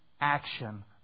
action